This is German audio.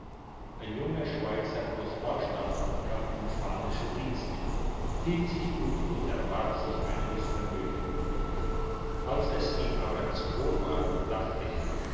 ein junger schweizer aus ballstall kam in spanische dienste hielt sich gut und erwarb sich einiges vermögen als es ihm aber zu wohl war dachte er